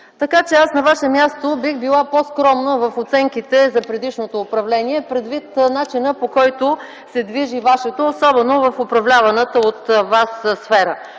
Така че, аз на Ваше място бих била по-скромна в оценките за предишното управление предвид начина, по който се движи вашето, особено в управляваната от Вас сфера.